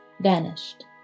vanished